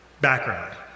background